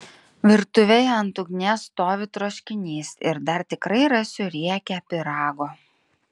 virtuvėje ant ugnies stovi troškinys ir dar tikrai rasiu riekę pyrago